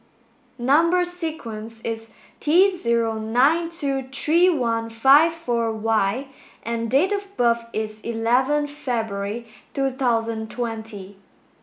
number sequence is T zero nine two three one five four Y and date of birth is eleven February two thousand twenty